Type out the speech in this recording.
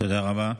תודה רבה.